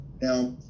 Now